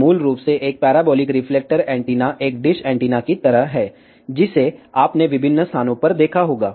तो मूल रूप से एक पैराबोलिक रिफ्लेक्टर एंटीना एक डिश एंटीना की तरह है जिसे आपने विभिन्न स्थानों पर देखा होगा